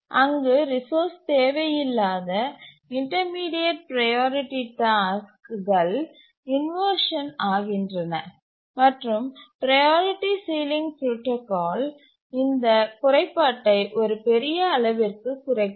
அங்கு ரிசோர்ஸ் தேவையில்லாத intermediate priority டாஸ்க்குகள் இன்வர்ஷன் ஆகின்றன மற்றும் ப்ரையாரிட்டி சீலிங் புரோடாகால் இந்த குறைபாட்டை ஒரு பெரிய அளவிற்கு குறைக்கிறது